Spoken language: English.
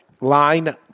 line